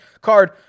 card